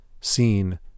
seen